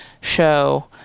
show